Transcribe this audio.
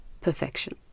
perfection